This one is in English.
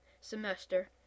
semester